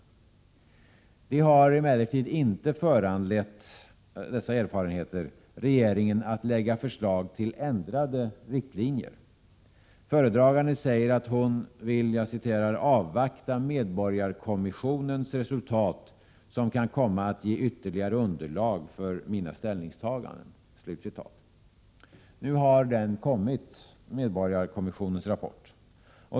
Dessa erfarenheter har emellertid inte föranlett regeringen att lägga fram förslag till ändrade riktlinjer. Föredraganden säger att hon vill ”avvakta medborgarkommissionens resultat som kan komma att ge ytterligare underlag för mina ställningstaganden”. Nu har den rapporten kommit.